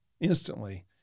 instantly